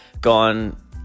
gone